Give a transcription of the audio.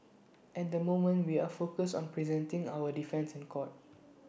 at the moment we are focused on presenting our defence in court